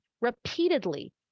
repeatedly